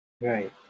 Right